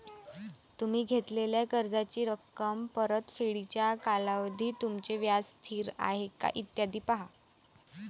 तुम्ही घेतलेल्या कर्जाची रक्कम, परतफेडीचा कालावधी, तुमचे व्याज स्थिर आहे का, इत्यादी पहा